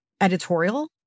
editorial